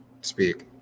speak